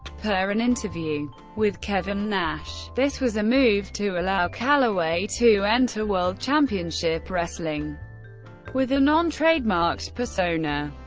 per an interview with kevin nash, this was a move to allow calaway to enter world championship wrestling with a non-trademarked persona.